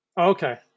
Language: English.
Okay